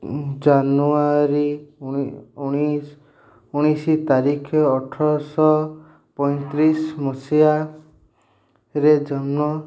ଜାନୁଆରୀ ଉଣେଇଶ ତାରିଖ ଅଠରଶହ ପଇଁତିରିଶ ମସିହାରେ ଜନ୍ମ